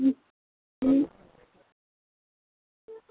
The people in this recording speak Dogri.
अं अं